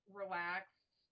relaxed